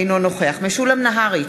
אינו נוכח משולם נהרי,